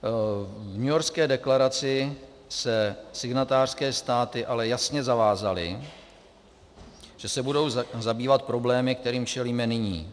V Newyorské deklaraci se signatářské státy ale jasně zavázaly, že se budou zabývat problémy, kterým čelíme nyní.